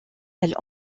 elles